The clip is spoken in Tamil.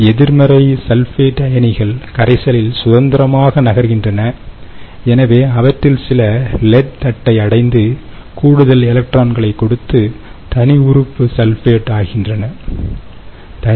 எதிர்மறை சல்பேட் அயனிகள் கரைசலில் சுதந்திரமாக நகர்கின்றன எனவே அவற்றில் சில லெட் தட்டை அடைந்து கூடுதல் எலக்ட்ரான்களைக் கொடுத்து தனி உறுப்பு சல்பேட் ஆகின்றன